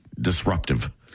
disruptive